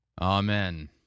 Amen